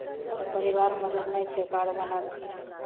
आओर परिवारमे अगर नहि छै कार्ड बनल